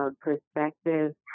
perspective